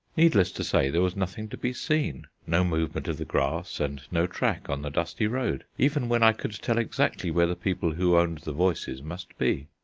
needless to say, there was nothing to be seen no movement of the grass and no track on the dusty road, even when i could tell exactly where the people who owned the voices must be.